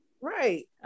right